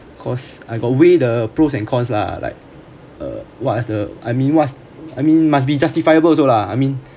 cause I got weigh the pros and cons lah like uh what are the I mean what's I mean must be justifiable also lah I mean